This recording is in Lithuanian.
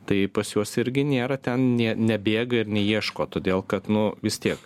tai pas juos irgi nėra ten nė nebėga ir neieško todėl kad nu vis tiek